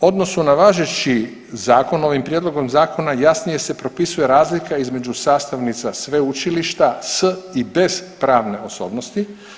odnosu na važeći zakon ovim prijedlogom zakona jasnije se propisuje razlika između sastavnica sveučilišta s i bez pravne osobnosti.